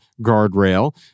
guardrail